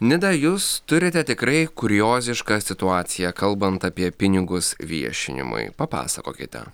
nida jūs turite tikrai kuriozišką situaciją kalbant apie pinigus viešinimui papasakokite